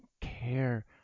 care